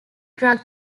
drug